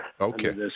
Okay